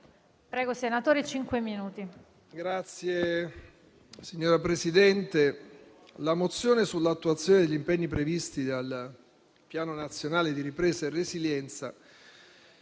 la mozione sull'attuazione degli impegni previsti dal Piano nazionale di ripresa e resilienza